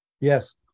Yes